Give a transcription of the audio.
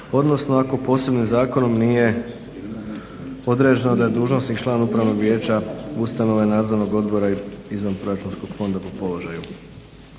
odnosno ako posebnim zakonom nije određeno da je dužnosnik član upravnog vijeća ustanove, nadzornog odbora i izvanproračunskog fonda po položaju.